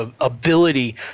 ability